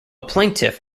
plaintiff